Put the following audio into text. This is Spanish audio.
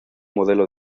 modelo